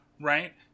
right